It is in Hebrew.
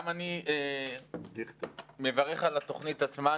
גם אני מברך על התוכנית עצמה.